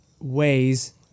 ways